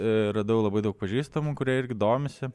ir radau labai daug pažįstamų kurie irgi domisi